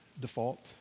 default